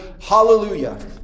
hallelujah